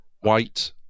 white